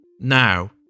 Now